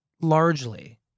largely